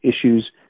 issues –